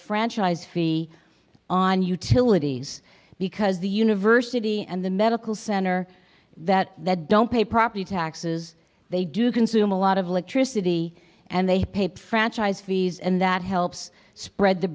franchise fee on utilities because the university and the medical center that that don't pay property taxes they do consume a lot of electricity and they paid franchise fees and that helps spread the